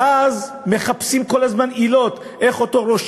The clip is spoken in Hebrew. ואז מחפשים כל הזמן עילות איך אותו ראש